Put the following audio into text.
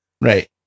Right